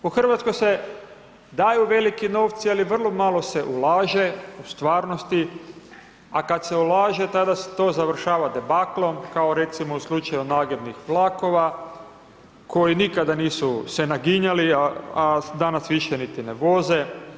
U Hrvatskoj se daju veliki novci, ali vrlo malo se ulaže u stvarnosti, a kad se ulaže, tada to završava debaklom, kao recimo u slučaju nagibnih vlakova, koji nikada nisu se naginjali, a danas više niti ne voze.